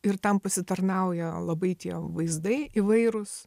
ir tam pasitarnauja labai tie vaizdai įvairūs